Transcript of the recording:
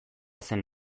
zen